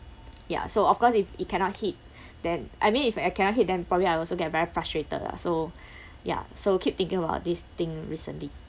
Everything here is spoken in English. ya so of course if if cannot hit then I mean if I cannot hit then probably I also get very frustrated lah so ya so keep thinking about this thing recently